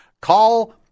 call